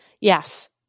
Yes